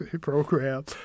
programs